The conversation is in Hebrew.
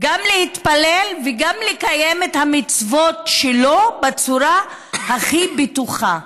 גם להתפלל וגם לקיים את המצוות שלו בצורה הכי בטוחה.